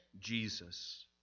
Jesus